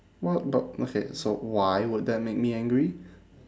what but okay so why would that make me angry